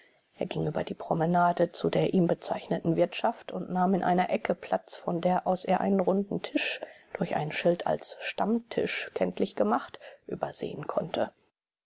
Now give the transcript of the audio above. er ging über die promenade zu der ihm bezeichneten wirtschaft und nahm in einer ecke platz von der aus er einen runden tisch durch ein schild als stammtisch kenntlich gemacht übersehen konnte